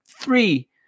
three